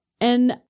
And-